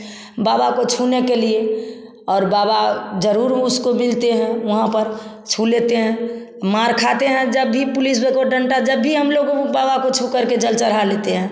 बाबा को छूने के लिए और बाबा ज़रूर उसको मिलते हैं वहाँ पर छू लेते हैं मार खाते हैं जब भी पुलिस को डंडा जब भी हम लोग वह बाबा को छूकर के जल चढ़ा लेते हैं